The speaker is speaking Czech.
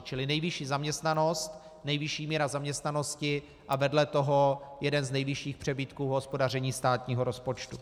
Čili nejvyšší zaměstnanost, nejvyšší míra zaměstnanosti a vedle toho jeden z nejvyšších přebytků v hospodaření státního rozpočtu.